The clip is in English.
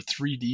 3d